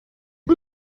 mit